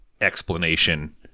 explanation